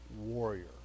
warrior